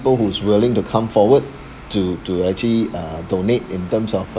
who's willing to come forward to to actually uh donate in terms of